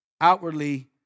Outwardly